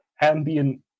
ambient